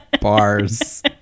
Bars